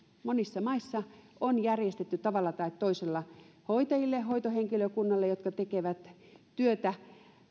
monissa maissa tämä on järjestetty tavalla tai toisella hoitajille hoitohenkilökunnalle jotka tekevät työtä